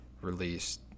released